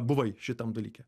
buvai šitam dalyke